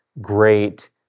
great